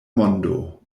mondo